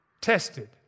tested